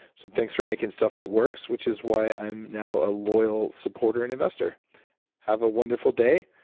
so thanks for making stuff that works which is why i'm now a loyal supporter and investor have a wonderful day,